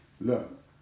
Look